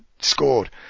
scored